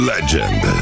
Legend